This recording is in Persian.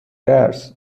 درس